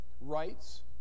rights